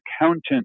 accountant